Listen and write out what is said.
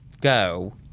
go